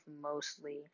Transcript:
mostly